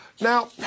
Now